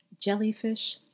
Jellyfish